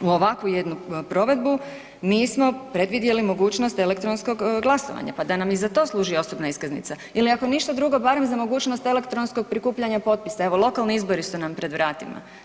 u ovakvu jednu provedbu, nismo predvidjeli mogućnost elektronskog glasovanja, pa da nam i za to služi osobna iskaznica ili ako ništa drugo barem za mogućnost elektronskog prikupljanja potpisa, evo lokalni izbori su nam pred vratima.